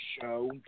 show